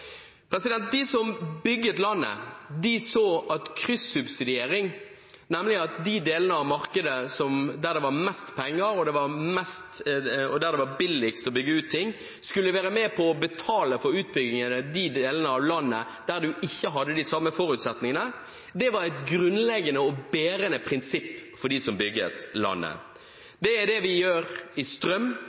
De som bygde landet, så at de delene av markedet der det var mest penger og billigst å bygge ut ting, skulle være med på å betale for utbygging i de delene av landet der man ikke hadde de samme forutsetningene, såkalt kryssubsidiering. Det var et grunnleggende og bærende prinsipp for dem som bygde landet. Det er det vi gjør når det gjelder strøm,